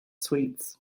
sweets